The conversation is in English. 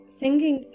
singing